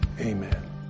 amen